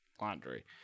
laundry